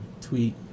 tweet